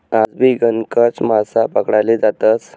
आजबी गणकच मासा पकडाले जातस